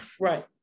right